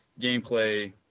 gameplay